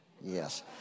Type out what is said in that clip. Yes